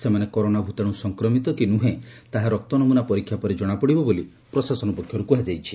ସେମାନେ କରୋନା ଭୂତାଣୁ ସଂକ୍ରମିତ କି ନୁହେଁ ତାହା ରକ୍ତ ନମୁନା ପରୀକ୍ଷା ପରେ ଜଣାପଡ଼ିବ ବୋଲି ପ୍ରଶାସନ ପକ୍ଷରୁ କୁହାଯାଇଛି